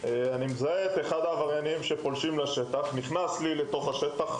זיהיתי את אחד מהעבריינים נכנס לי לתוך השטח,